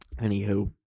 Anywho